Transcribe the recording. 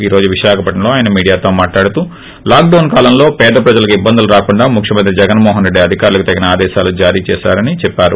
ఈ రోజు విశాఖపట్సం లో ఆయన మీడియా తో మాట్లాడుతూ లాక్డౌస్ కాలంలో పేద ప్రజలకు ఇబ్బందులు రాకుండా ముఖ్యమంత్రి జగన్మోహన్రెడ్డి అధికారులకు తగిన ఆదేశాలు జారీచేశారని చెప్పారు